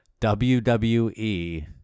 WWE